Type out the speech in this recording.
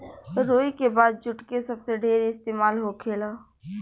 रुई के बाद जुट के सबसे ढेर इस्तेमाल होखेला